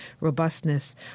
robustness